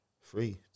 free